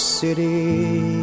city